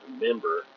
remember